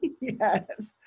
yes